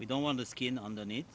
we don't want to skin underneath